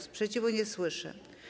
Sprzeciwu nie słyszę.